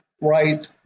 right